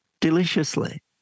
deliciously